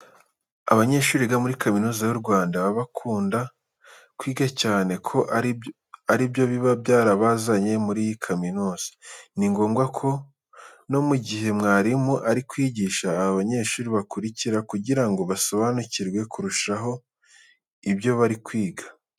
Abanyeshuri biga muri Kaminuza y'u Rwanda baba bakunda kwiga cyane ko ari byo biba byarabazanye muri iyi kaminuza. Ni ngombwa ko mu gihe mwarimu ari kwigisha aba banyeshuri bakurikira kugira ngo basobanukirwe kurushaho ibyo bari kwiga.